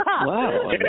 Wow